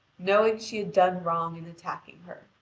knowing she had done wrong in attacking her.